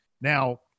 Now